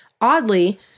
Oddly